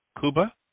Kuba